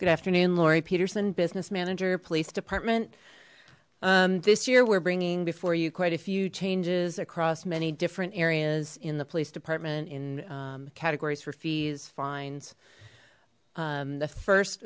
good afternoon lauri peterson business manager police department this year we're bringing before you quite a few changes across many different areas in the police department in categories for fees fines the first